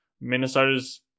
Minnesota's